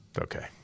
Okay